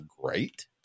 great